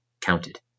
counted